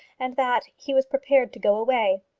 and that he was prepared to go away.